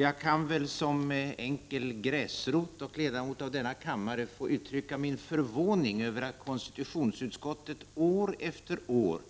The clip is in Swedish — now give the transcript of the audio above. Jag kan väl som enkel gräsrot och ledamot av denna kammare få uttrycka min förvåning över att konstitutionsutskottet år efter år